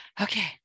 Okay